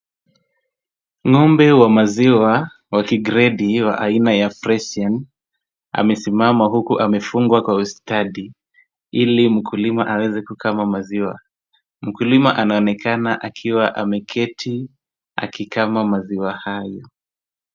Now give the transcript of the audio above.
Ng'ombe wa maziwa wa kigrade wa aina ya fresian , amesimama huku amefungwa kwa ustadi, ili mkulima aweze kukama maziwa. Mkulima anaonekana akiwa ameketi, akikama maziwa hayo.